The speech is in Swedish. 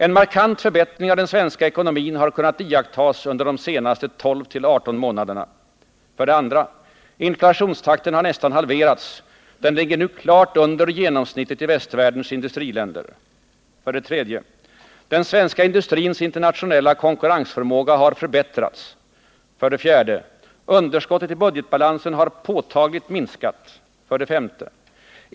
En markant förbättring av den svenska ekonomin har kunnat iakttas under de senaste 12-18 månaderna. 2. Inflationstakten har nästan halverats. Den ligger nu klart under genomsnittet i västvärldens industriländer. 3. Den svenska industrins internationella konkurrensförmåga har förbätt 4. Underskottet i budgetbalansen har påtagligt minskat. 5.